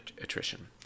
attrition